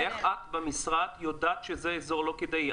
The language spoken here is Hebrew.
איך את במשרד יודעת שזה אזור לא כלכלי?